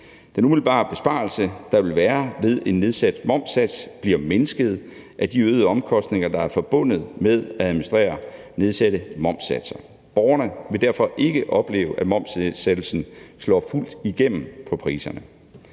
Den umiddelbare besparelse, der vil være ved en nedsat momssats, bliver mindsket af de øgede omkostninger, der er forbundet med at administrere nedsatte momssatser. Borgerne vil derfor ikke opleve, at momsnedsættelsen slår fuldt igennem på priserne.